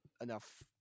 enough